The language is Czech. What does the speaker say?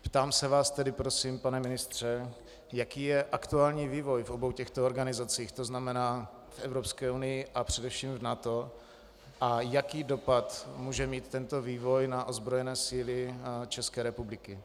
Ptám se vás tedy prosím, pane ministře, jaký je aktuální vývoj v obou těchto organizacích, tzn. v Evropské unii a především v NATO, a jaký dopad může mít tento vývoj na ozbrojené síly České republiky.